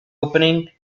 opening